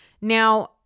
Now